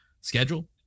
schedule